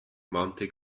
mahnte